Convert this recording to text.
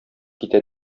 китә